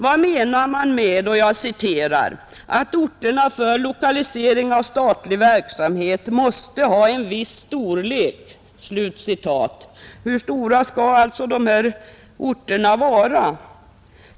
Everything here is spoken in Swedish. Vad menar man med att ”lokaliseringsorter för statlig verksamhet måste ha en viss storlek”? Hur stora skall dessa orter vara?